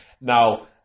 now